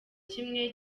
kimwe